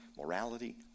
morality